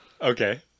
Okay